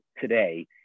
today